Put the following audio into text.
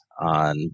on